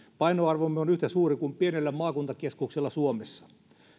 painoarvomme on yhtä suuri kuin pienellä maakuntakeskuksella suomessa